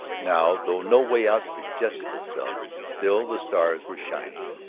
now, though no way out suggested itself, still the stars were shining.